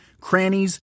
crannies